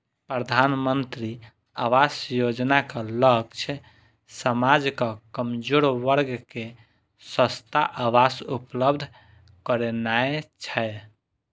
प्रधानमंत्री आवास योजनाक लक्ष्य समाजक कमजोर वर्ग कें सस्ता आवास उपलब्ध करेनाय छै